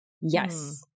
Yes